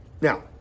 Now